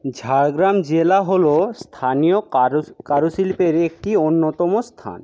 ঝাড়গ্রাম জেলা হলো স্থানীয় কারুশিল্পের একটি অন্যতম স্থান